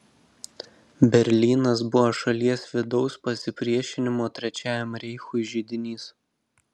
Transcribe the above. berlynas buvo šalies vidaus pasipriešinimo trečiajam reichui židinys